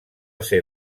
ser